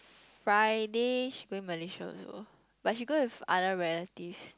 Friday she going Malaysia also but she go with other relatives